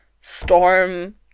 storm